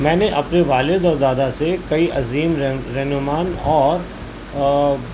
میں نے اپنے والد اور دادا سے کئی عظیم رہ رنما اور